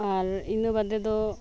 ᱟᱨ ᱤᱱᱟᱹ ᱵᱟᱫᱮ ᱫᱚ